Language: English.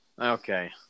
Okay